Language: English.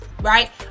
right